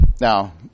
Now